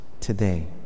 today